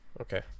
Okay